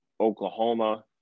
Oklahoma